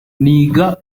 niga